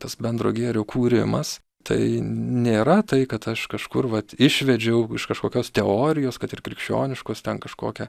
tas bendro gėrio kūrimas tai nėra tai kad aš kažkur vat išvedžiau iš kažkokios teorijos kad ir krikščioniškos ten kažkokią